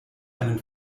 einen